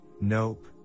nope